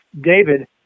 David